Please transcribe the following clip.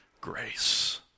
grace